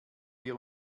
wir